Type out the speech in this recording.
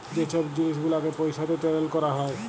যে ছব জিলিস গুলালকে পইসাতে টারেল ক্যরা হ্যয়